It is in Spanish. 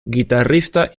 guitarrista